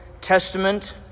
Testament